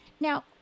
Now